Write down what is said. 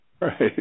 Right